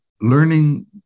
learning